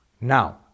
Now